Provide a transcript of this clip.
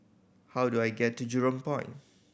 how do I get to Jurong Point